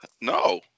No